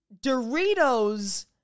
Doritos